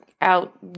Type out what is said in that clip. out